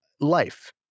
life